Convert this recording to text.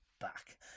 Back